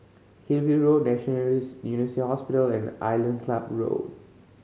Hillview Road University Hospital and Island Club Road